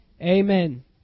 Amen